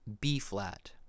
B-flat